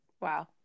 Wow